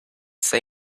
say